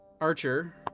Archer